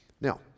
Now